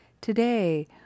Today